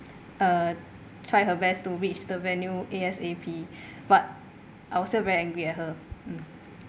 uh try her best to reach the venue A_S_A_P but I was still very angry at her